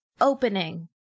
opening